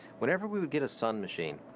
whenever we would get a sun machine,